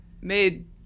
made